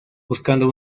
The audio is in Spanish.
buscando